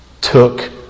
took